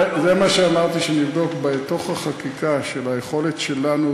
זה מה שאמרתי שנבדוק בתוך החקיקה של היכולת שלנו